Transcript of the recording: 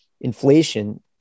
inflation